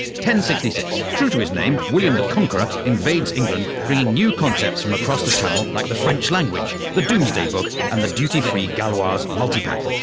sixty six, true to his, name william the conqueror invades england bringing new concepts from across the channel like the french language, the doomsday book and the duty-free gauloise multi-pack.